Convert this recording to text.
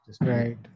Right